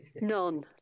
none